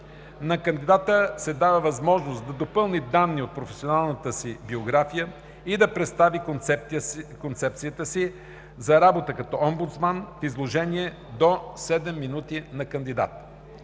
На кандидата се дава възможност да допълни данни от професионалната си биография и да представи концепцията си за работа като омбудсман в изложение – до 7 минути на кандидат.